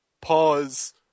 pause